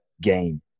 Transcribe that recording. game